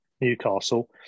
Newcastle